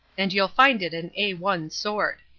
and you'll find it an a one sword.